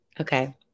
Okay